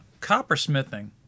coppersmithing